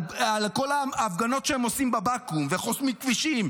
על כל ההפגנות שהם עושים בבקו"ם וחוסמים כבישים,